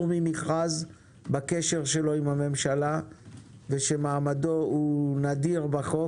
ממכרז בקשר שלו עם הממשלה ושמעמו נדיר בחוק.